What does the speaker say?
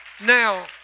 Now